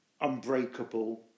unbreakable